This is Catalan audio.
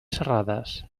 serrades